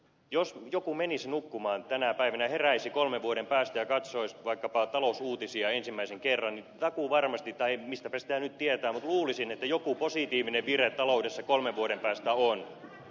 jos joku menisi nukkumaan tänä päivänä ja heräisi kolmen vuoden päästä ja katsoisi vaikkapa talousuutisia ensimmäisen kerran niin takuuvarmasti tai mistäpä sitä nyt tietää mutta luulisin joku positiivinen vire taloudessa kolmen vuoden päästä on